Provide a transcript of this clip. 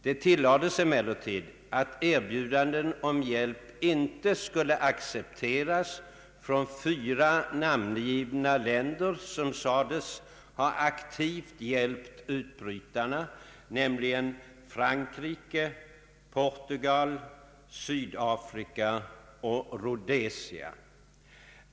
Det tillades emellertid att erbjudanden om hjälp inte skulle accepteras från fyra namngivna länder, som sades ha aktivt hjälpt utbrytarna, nämligen Frankrike, Portugal, Sydafrika och Rhodesia.